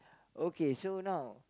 okay so now